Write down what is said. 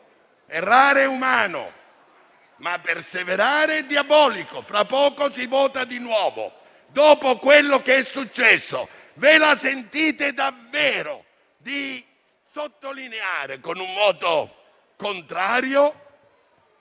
errare è umano, ma perseverare è diabolico. Fra poco si vota di nuovo. Dopo quello che è successo, ve la sentite davvero di sottolineare con un voto contrario